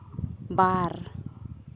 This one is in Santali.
ᱵᱟᱨ